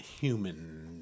human